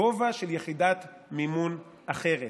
גובה של יחידת מימון אחרת.